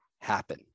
happen